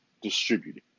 distributed